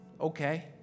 Okay